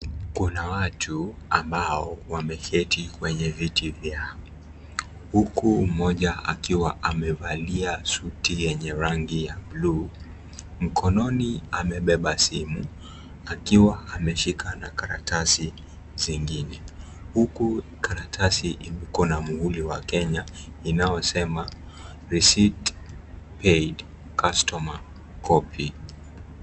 Kuna watu ambao wameketi kwenye viti vyao huku mmoja akiwa amevalia suti yenye rangi ya bulu. Mkononi amebeba simu akiwa ameshika na karatasi zingine huku karatasi iko na muhuli wa kenya inaosema receipt paid customer copy .